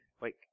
Wait